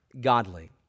godly